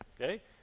Okay